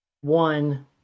one